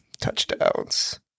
Touchdowns